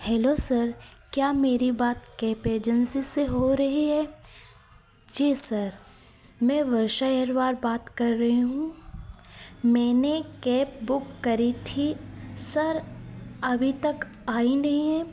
hello sir क्या मेरी बात कैब एजेन्सी से हो रही है जी सर मैं वर्षा अहिरवार बात कर रही हूँ मैंने कैब बुक करी थी सर अभी तक आई नहीं है